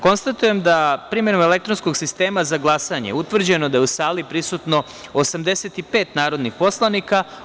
Konstatujem da je primenom elektronskog sistema za glasanje utvrđeno da je u sali prisutno 85 narodnih poslanika.